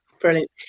Brilliant